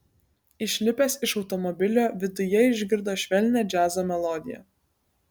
išlipęs iš automobilio viduje išgirdo švelnią džiazo melodiją